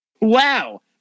Wow